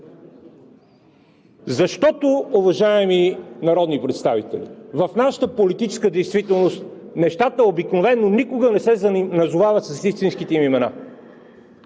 Защото, уважаеми народни представители, в нашата политическа действителност нещата обикновено никога не се назовават с истинските им имена.